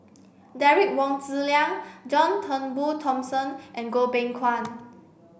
Derek Wong Zi Liang John Turnbull Thomson and Goh Beng Kwan